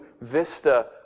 vista